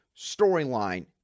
storyline